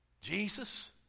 Jesus